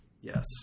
Yes